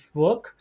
work